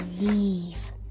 leave